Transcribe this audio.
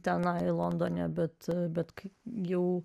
tenai londone bet bet kai jau